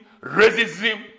racism